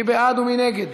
מי בעד ומי נגד?